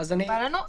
מקובל עלינו.